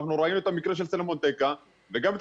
אנחנו ראינו את המקרה של סלומון טקה וגם את